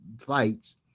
fights